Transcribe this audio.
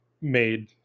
made